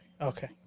okay